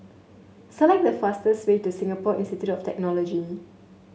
select the fastest way to Singapore Institute of Technology